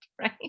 right